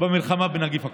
במלחמה בנגיף הקורונה,